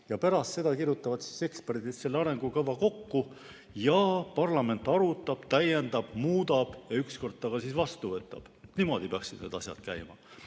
ja pärast seda kirjutavad eksperdid selle arengukava kokku ja parlament seda arutab, täiendab ja muudab ning ükskord selle ka vastu võtab. Niimoodi peaksid need asjad käima.